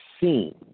seen